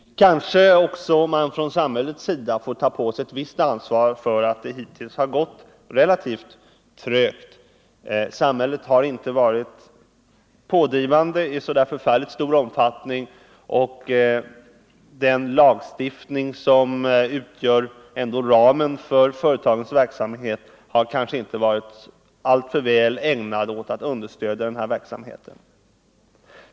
Kanske samhället också får ta på sig ett visst ansvar för att det hittills gått relativt trögt. Samhället har inte varit pådrivande i så förfärligt stor omfattning, och den lagstiftning som ändå utgör ramen för företagens verksamhet har kanske inte varit alltför väl ägnad att understödja den här verksamheten.